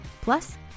Plus